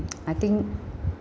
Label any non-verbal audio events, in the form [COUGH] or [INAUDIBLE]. [NOISE] I think